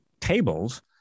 tables